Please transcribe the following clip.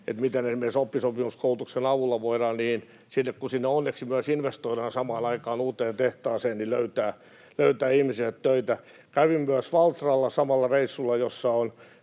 siitä, miten esimerkiksi oppisopimuskoulutuksen avulla — kun sinne onneksi myös investoidaan samaan aikaan uuteen tehtaaseen — voidaan löytää ihmisille töitä. Kävin myös Valtralla samalla reissulla, jossa on